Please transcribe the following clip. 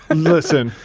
and listen.